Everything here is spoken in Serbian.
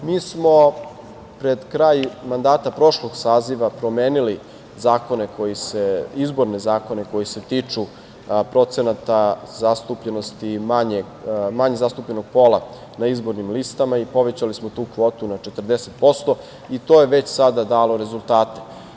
Mi smo pred kraj mandata prošlog saziva promenili izborne zakone koji se tiču procenata zastupljenosti manje zastupljenog pola na izbornim listama i povećali smo tu kvotu na 40% i to je već sada dalo rezultate.